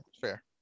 fair